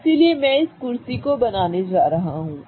इसलिए मैं इस कुर्सी को बनाने जा रहा हूं